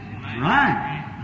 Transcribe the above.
Right